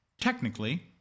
Technically